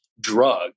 drug